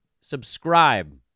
subscribe